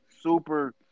super